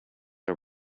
are